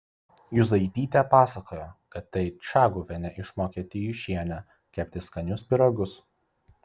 juzaitytė pasakojo kad tai čaguvienė išmokė tijūšienę kepti skanius pyragus